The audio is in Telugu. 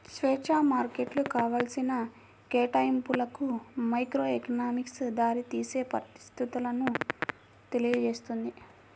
స్వేచ్ఛా మార్కెట్లు కావాల్సిన కేటాయింపులకు మైక్రోఎకనామిక్స్ దారితీసే పరిస్థితులను తెలియజేస్తుంది